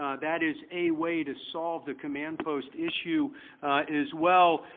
ah that is a way to solve the command post issue as well.